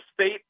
state